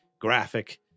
graphic